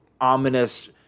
ominous